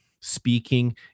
speaking